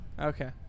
Okay